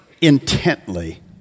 intently